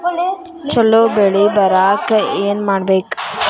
ಛಲೋ ಬೆಳಿ ಬರಾಕ ಏನ್ ಮಾಡ್ಬೇಕ್?